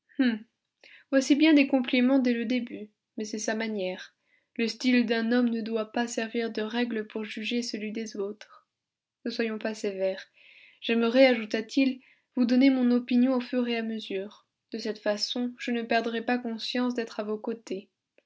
voici bien des compliments dès le début mais c'est sa manière le style d'un homme ne doit pas servir de règle pour juger celui des autres ne soyons pas sévères j'aimerais ajouta-t-il vous donner mon opinion au fur et à mesure de cette façon je ne perdrai pas conscience d'être à vos côtés